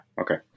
Okay